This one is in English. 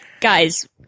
guys